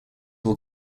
will